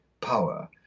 power